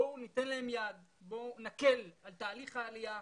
בואו ניתן להם יד, בואו נקל על תהליך העלייה.